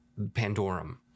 Pandorum